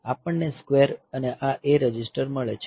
આપણને સ્ક્વેર અને આ A રજિસ્ટર મળે છે